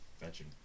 fetching